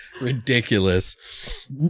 ridiculous